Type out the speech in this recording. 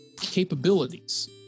capabilities